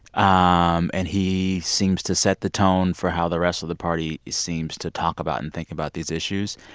um and he seems to set the tone for how the rest of the party seems to talk about and think about these issues.